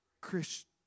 Christian